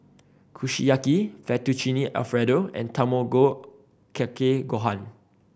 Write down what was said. Kushiyaki Fettuccine Alfredo and Tamago Kake Gohan